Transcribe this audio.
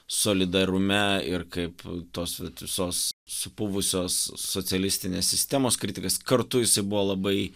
solidarume ir kaip tos vat visos supuvusios socialistinės sistemos kritikas kartu jisai buvo labai